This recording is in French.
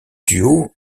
duo